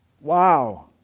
Wow